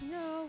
no